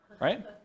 right